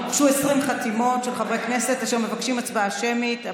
הוגשו 20 חתימות של חברי כנסת אשר מבקשים הצבעה שמית.